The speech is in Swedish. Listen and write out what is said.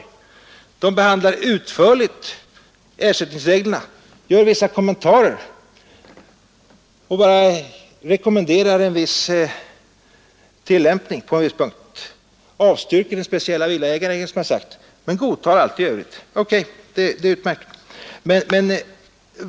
Lagrådet behandlar utförligt ersättningsreglerna, gör vissa kommentarer, rekommenderar bara en viss tillämpning på en viss punkt, avstyrker den speciella villaägarregeln, som jag har sagt, men godtar allt det övriga. OK, det är utmärkt.